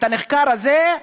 הנחקר הזה,